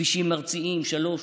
כבישים ארציים 3,